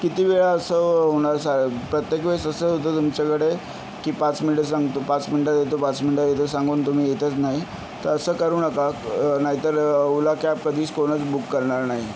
किती वेळा असं होणार साहेब प्रत्येक वेळेस असं होतं तुमच्याकडे की पाच मिनटं सांगतो पाच मिनटात येतो पाच मिनटात येतो सांगून तुम्ही येतच नाही तर असं करू नका नायतर ओला कॅब कधीच कोणच बुक करणार नाही